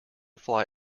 fly